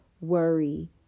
worry